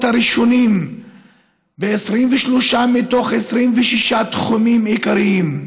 הראשונים ב-23 מתוך 26 תחומים עיקריים: